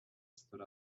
stood